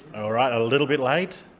alright, a little bit late.